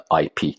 IP